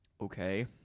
Okay